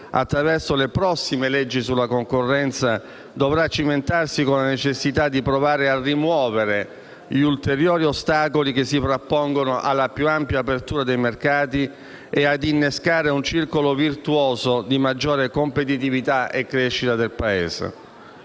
attraverso le prossime leggi sulla concorrenza, dovrà cimentarsi con la necessità di provare a rimuovere gli ulteriori ostacoli che si frappongono alla più ampia apertura dei mercati e ad innescare un circolo virtuoso di maggiore competitività e crescita del Paese.